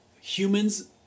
Humans